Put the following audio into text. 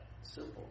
Simple